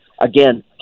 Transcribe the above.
again